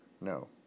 No